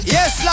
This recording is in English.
Yes